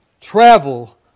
travel